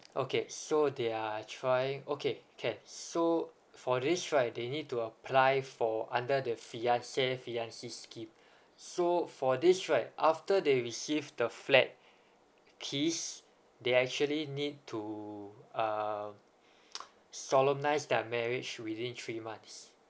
okay so they're trying okay can so for this right they need to apply for under the fiancé fiancée scheme so for this right after they receive the flat keys they actually need to um solemnise their marriage within three months